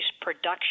Production